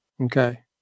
Okay